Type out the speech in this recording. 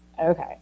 Okay